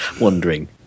wondering